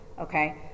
okay